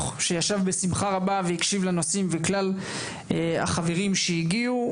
שישב בשמחה רבה והקשיב לנושאים וכלל החברים שהגיעו.